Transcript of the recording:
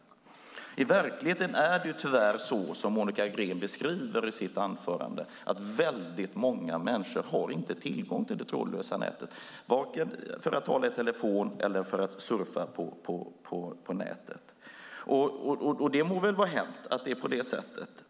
Men i verkligheten är det tyvärr så som Monica Green beskriver i sitt anförande: väldigt många människor har inte tillgång till det trådlösa nätet, vare sig för att tala i telefon eller surfa på nätet. Det må väl vara hänt att det är på det sättet.